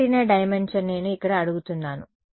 antenna dimension నేను ఇక్కడ అడుగుతున్నాను